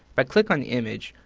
but click on an image,